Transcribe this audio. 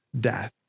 death